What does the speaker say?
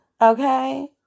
okay